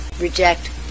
reject